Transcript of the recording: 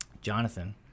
Jonathan